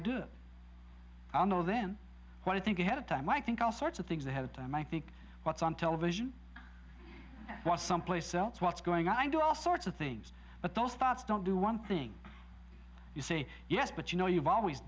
there i do know then what to think ahead of time i think all sorts of things ahead of time i think what's on television was someplace else what's going on i do all sorts of things but those thoughts don't do one thing you say yes but you know you've always